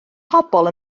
pobl